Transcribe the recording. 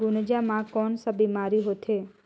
गुनजा मा कौन का बीमारी होथे?